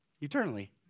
eternally